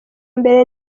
mbere